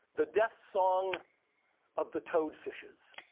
the death song of the toadfishes.